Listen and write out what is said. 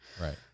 Right